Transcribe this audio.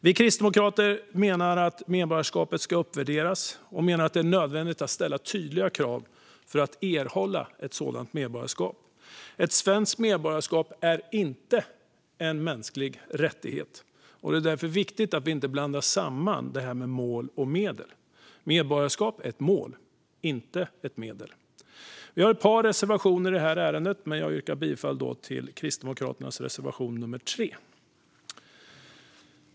Vi kristdemokrater menar att medborgarskapet ska uppvärderas, och vi menar att det är nödvändigt att ställa tydliga krav för att erhålla ett sådant medborgarskap. Ett svenskt medborgarskap är inte en mänsklig rättighet, och det är därför viktigt att vi inte blandar samman mål och medel. Medborgarskap är ett mål, inte ett medel. Vi har ett par reservationer i ärendet, men jag yrkar bifall endast till Kristdemokraternas reservation nummer 3.